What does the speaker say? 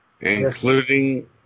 including